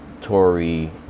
Tory